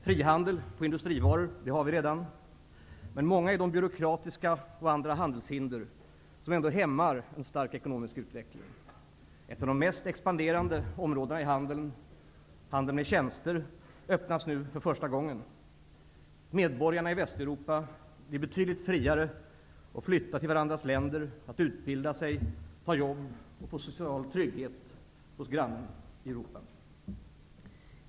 Frihandel på industrivaror har vi redan, men många är de byråkratiska och andra handelshinder som ändå hämmar en stark ekonomisk utveckling. Ett av de mest expanderande områdena inom handeln -- handeln med tjänster -- öppnas nu för första gången. Medborgarna i Västeuropa blir betydligt friare att flytta till varandras länder, att utbilda sig, ta jobb och få social trygghet hos grannen.